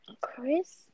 Chris